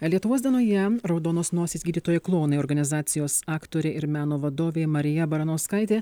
lietuvos dienoje raudonos nosys gydytojai klounai organizacijos aktorė ir meno vadovė marija baranauskaitė